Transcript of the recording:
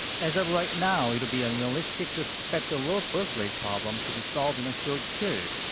as of right now, it would be unrealistic to expect the low birth rate problem to be solved in a short period.